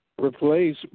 replace